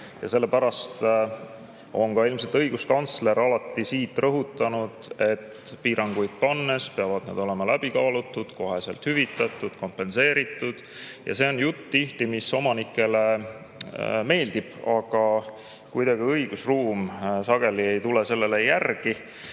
sellepärast on ka õiguskantsler alati rõhutanud, et piiranguid pannes peavad need olema läbi kaalutud, koheselt hüvitatud, kompenseeritud. Ja see on tihti jutt, mis omanikele meeldib, aga kuidagi õigusruum sageli ei tule sellele järele.